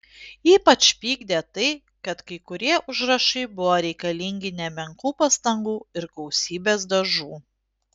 ypač pykdė tai kad kai kurie užrašai buvo reikalingi nemenkų pastangų ir gausybės dažų